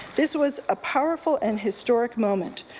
this was a powerful and historic moment.